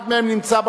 אחד מהם נמצא באולם,